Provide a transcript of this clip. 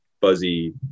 fuzzy